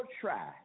try